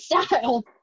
style